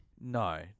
No